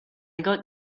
got